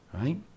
right